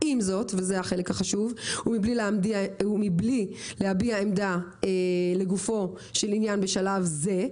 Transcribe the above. עם זאת" וזה החלק החשוב "ומבלי להביע עמדה לגופו של עניין בשלב זה,